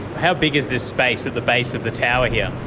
how big is this space at the base of the tower here?